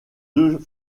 deux